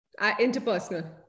Interpersonal